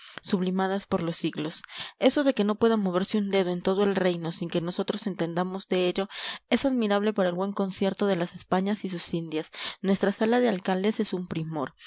sublimadas por los siglos eso de que no pueda moverse un dedo en todo el reino sin que nosotros entendamos de ello es admirable para el buen concierto de las españas y sus indias nuestra sala de alcaldes es un primor